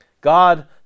God